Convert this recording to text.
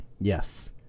Yes